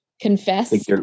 confess